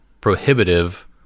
prohibitive